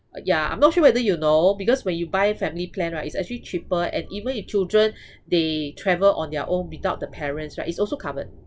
yeah I'm not sure whether you know because when you buy family plan right it's actually cheaper and even if children they travel on their own without the parents right it's also covered